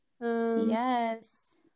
Yes